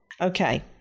Okay